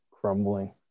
crumbling